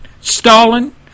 Stalin